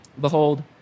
Behold